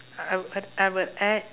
I I would I would add